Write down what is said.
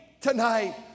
tonight